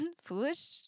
foolish